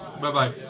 Bye-bye